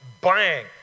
Bang